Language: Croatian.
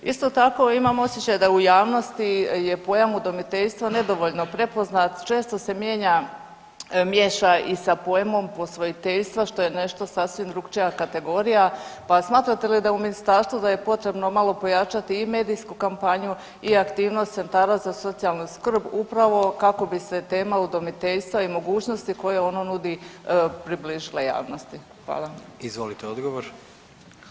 Isto tako, imam osjećaj da u javnosti je pojam udomiteljstvo nedovoljno prepoznat, često se mijenja, miješa i sa pojmom posvojiteljstvo, što je nešto sasvim drukčija kategorija, pa smatrate li da u Ministarstvo da je potrebno malo pojačati i medijsku kampanju i aktivnost centara za socijalnu skrb upravo kako bi se tema udomiteljstva i mogućnosti koje ono nudi približila javnosti.